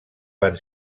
van